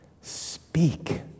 speak